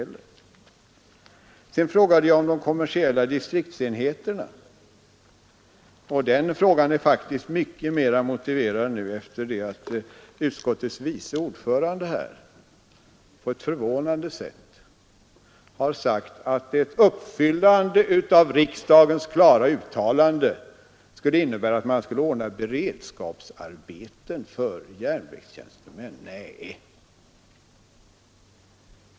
Sedan frågade jag om de kommersiella distriktsenheterna. Den frågan är faktiskt ännu mer motiverad nu sedan utskottets vice ordförande på ett förvånande sätt har sagt att ett uppfyllande av riksdagens klara uttalande skulle innebära att man skulle ordna beredskapsarbete för järnvägstjänstemän. Nej!